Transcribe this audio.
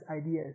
ideas